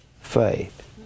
faith